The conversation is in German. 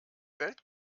bellt